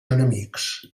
enemics